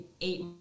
eight